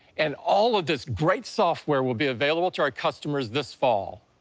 and all of this great software will be available to our customers this fall.